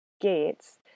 gates